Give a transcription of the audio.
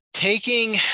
Taking